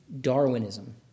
Darwinism